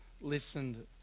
listened